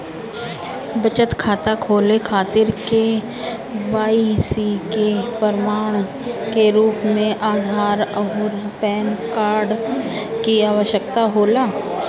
बचत खाता खोले खातिर के.वाइ.सी के प्रमाण के रूप में आधार आउर पैन कार्ड की आवश्यकता होला